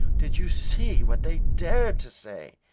did you see what they dared to say?